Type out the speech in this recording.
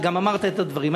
וגם אמרת את הדברים.